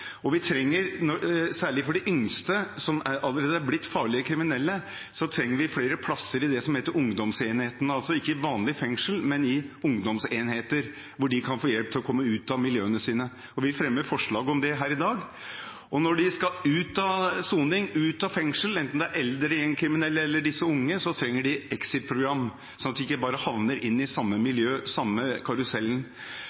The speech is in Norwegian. Særlig for de yngste som allerede er blitt farlige kriminelle, trenger vi flere plasser i det som heter Ungdomsenheten, altså ikke vanlig fengsel, men i ungdomsenheter, der de kan få hjelp til å komme ut av miljøene sine. Vi fremmer forslag om det her i dag. Og når de skal ut av soning, ut av fengsel, enten det er eldre gjengkriminelle eller disse unge, så trenger de et exit-program, slik at de ikke havner i det samme